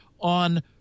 on